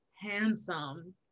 handsome